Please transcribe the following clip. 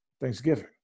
Thanksgiving